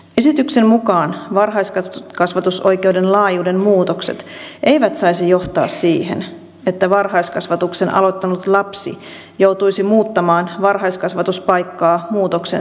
esityksen mukaan varhaiskasvatusoikeuden laajuuden muutokset eivät saisi johtaa siihen että varhaiskasvatuksen aloittanut lapsi joutuisi muuttamaan varhaiskasvatuspaikkaa muutoksen seurauksena